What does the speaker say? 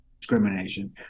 discrimination